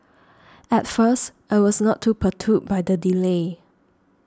at first I was not too perturbed by the delay